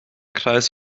kreis